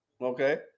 Okay